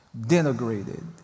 denigrated